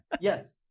Yes